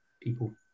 people